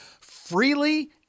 freely